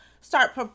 start